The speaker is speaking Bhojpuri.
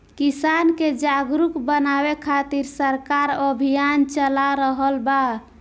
किसान के जागरुक बानवे खातिर सरकार अभियान चला रहल बा